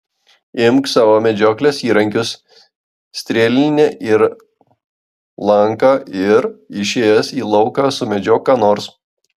imk savo medžioklės įrankius strėlinę ir lanką ir išėjęs į lauką sumedžiok ką nors